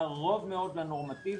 קרוב מאוד לנורמטיבי,